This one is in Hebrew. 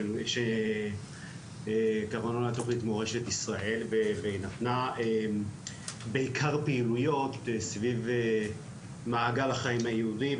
של מורשת ישראל והיא נתנה בעיקר פעילויות סביב מעגל החיים היהודי,